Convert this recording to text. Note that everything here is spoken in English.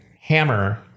hammer